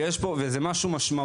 וזה משהו משמעותי.